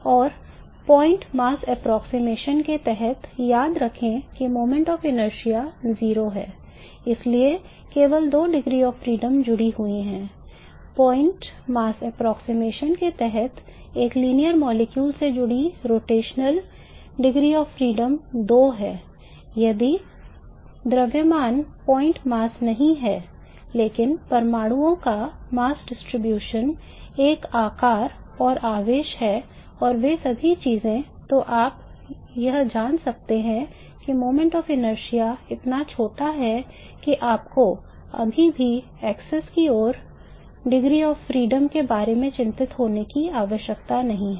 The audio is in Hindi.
और बिंदु द्रव्यमान सन्निकटन एक आकार और आवेश है और वे सभी चीजें तो आप यह जान सकते हैं कि moment of inertia इतना छोटा है कि आपको अभी भी एक्सेस की ओर rotational degree of freedom के बारे में चिंतित होने की आवश्यकता नहीं है